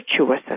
virtuous